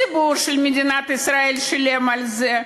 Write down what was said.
הציבור של מדינת ישראל שילם על זה,